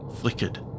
flickered